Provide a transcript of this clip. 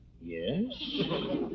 Yes